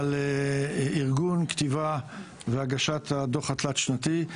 על ארגון, כתיבה והגשת הדוח התלת-שנתי.